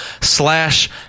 slash